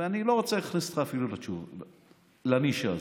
ואני לא רוצה אפילו להכניס אותך לנישה הזאת.